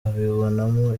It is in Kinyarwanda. abibonamo